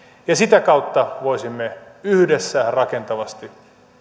sitä kautta voisimme yhdessä rakentavasti